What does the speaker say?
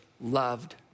loved